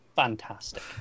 fantastic